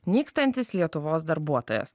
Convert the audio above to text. nykstantis lietuvos darbuotojas